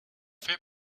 fait